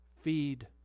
Feed